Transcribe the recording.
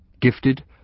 Gifted